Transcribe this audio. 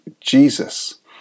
Jesus